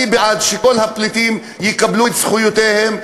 אני בעד שכל הפליטים יקבלו את זכויותיהם,